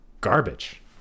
garbage